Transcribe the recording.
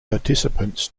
participants